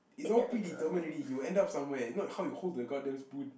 it's all predetermined already you will end up somewhere if not how you hold the god damn spoon